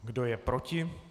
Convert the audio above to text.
Kdo je proti?